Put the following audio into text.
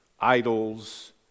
idols